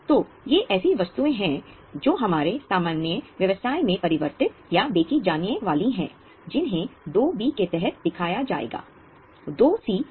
तो ये ऐसी वस्तुएं हैं जो हमारे सामान्य व्यवसाय में परिवर्तित या बेची जाने वाली हैं जिन्हें 2 व्यापार प्राप्य है